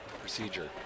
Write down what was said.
Procedure